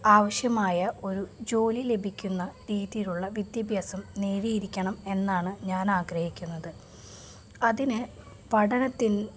ആവശ്യമായ ഒരു ജോലി ലഭിക്കുന്ന രീതിയിലുള്ള വിദ്യാഭ്യാസം നേടിയിരിക്കണമെന്നാണ് ഞാനാഗ്രഹിക്കുന്നത് അതിന് പഠനത്തിന്